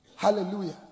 hallelujah